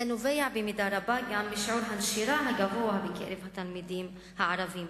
זה נובע במידה רבה גם משיעור הנשירה הגבוה בקרב התלמידים הערבים,